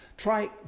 Try